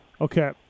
Okay